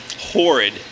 horrid